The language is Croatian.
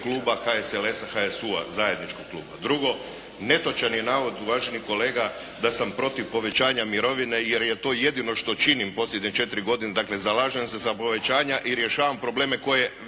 HSLS-a, HSU-a zajedničkog kluba. Drugo, netočan je navod uvaženi kolega da sam protiv povećanja mirovina jer je to jedino što činim posljednje četiri godine dakle zalažem se za povećanja i rješavam probleme koje